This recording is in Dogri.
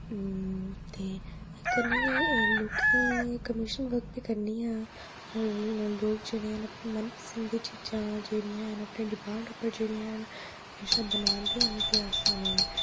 ते कन्नै गै लोकें कमीशन वर्क बी करनी आं लोक जेह्ड़े न अपनी मनपसंद दी चीजां जेह्ड़ियां हैन अपनी डिमांड उप्पर जेह्ड़ियां न मेरे शा बनवांदे ने ते अस उ'नें